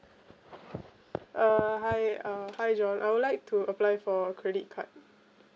uh hi uh hi john I would like to apply for credit card